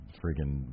freaking